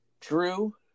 True